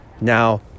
Now